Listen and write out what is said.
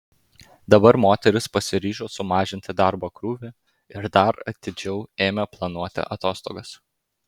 dabar moteris pasiryžo sumažinti darbo krūvį ir dar atidžiau ėmė planuoti atostogas